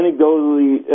Anecdotally